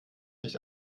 nicht